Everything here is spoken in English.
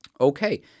Okay